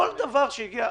ניר,